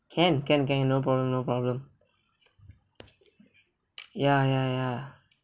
can can can no problem no problem ya ya ya